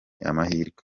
amahirwe